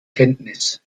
kenntnis